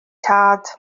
tad